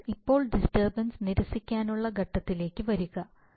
അതിനാൽ ഇപ്പോൾ ഡിസ്റ്റർബൻസ് നിരസിക്കാനുള്ള ഘട്ടത്തിലേക്ക് വരിക